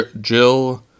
Jill